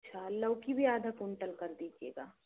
अच्छा लौकी भी आधा कुंटल कर दीजिएगा